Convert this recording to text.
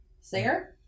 Singer